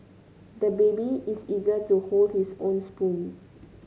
the baby is eager to hold his own spoon